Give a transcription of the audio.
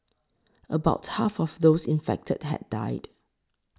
about half of those infected have died